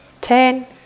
ten